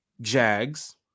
Jags